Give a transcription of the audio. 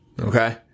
okay